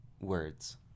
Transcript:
words